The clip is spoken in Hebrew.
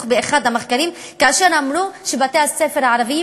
באחד המחקרים כאשר אמרו שבתי-הספר הערביים,